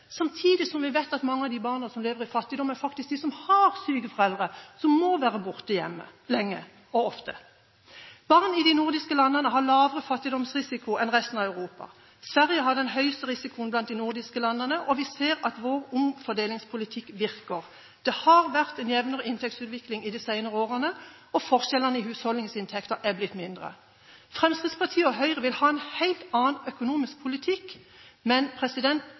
Samtidig vet vi at mange av de barna som lever i fattigdom, faktisk er de som har syke foreldre, og som må være borte lenge og ofte. Barn i de nordiske landene har lavere fattigdomsrisiko enn barn i resten av Europa. Sverige har den høyeste risikoen blant de nordiske landene, og vi ser at vår omfordelingspolitikk virker. Det har vært en jevnere inntektsutvikling de senere år, og forskjellene i husholdningsinntekter er blitt mindre. Fremskrittspartiet og Høyre vil ha en helt annen økonomisk politikk, men